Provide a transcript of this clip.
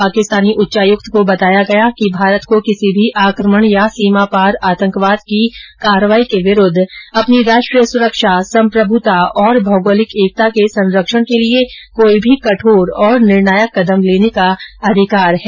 पाकिस्तानी उच्चायुक्त को बताया गया कि भारत को किसी भी आक्रमण या सीमा पार आतंकवाद की कार्रवाई के विरुद्ध अपनी राष्ट्रीय सुरक्षा सम्प्रभुता और भौगोलिक एकता के सरंक्षण के लिए कोई भी कठोर और निर्णायक कदम लेने का अधिकार है